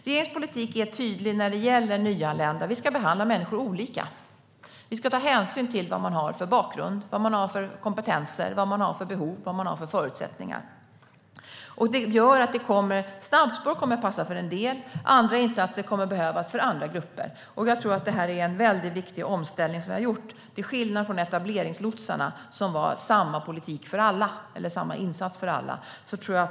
Regeringens politik är tydlig när det gäller nyanlända: Vi ska behandla människor olika. Vi ska ta hänsyn till vad man har för bakgrund, kompetenser, behov och förutsättningar. Det gör att snabbspår kommer att passa för en del medan andra insatser kommer att behövas för andra grupper. Jag tror att det är en viktig omställning som vi har gjort, till skillnad från etableringslotsarna som var samma insats för alla.